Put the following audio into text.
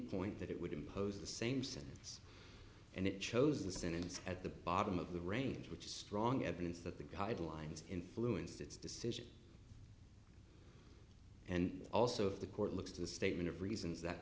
point that it would impose the same sentence and it chose the sentence at the bottom of the range which is strong evidence that the guidelines influenced its decision and also if the court looks to the statement of reasons that